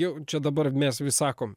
jau čia dabar mes vis sakom